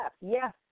Yes